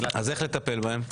אז איך לטפל בהם?